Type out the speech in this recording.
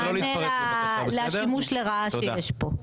מענה לשימוש לרעה שיש פה?